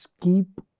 keep